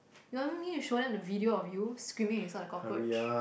you want me to show them the video of you screaming when you saw the cockroach